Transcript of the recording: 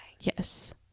yes